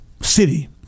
City